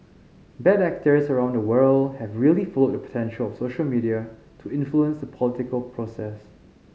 bad actors around the world have really followed the potential of social media to influence the political process